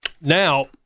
Now